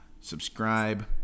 Subscribe